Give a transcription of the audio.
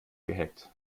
gehackt